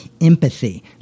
empathy